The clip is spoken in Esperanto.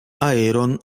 aeron